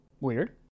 Weird